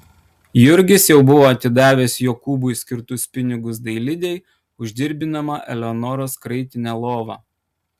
jurgis jau buvo atidavęs jokūbui skirtus pinigus dailidei už dirbinamą eleonoros kraitinę lovą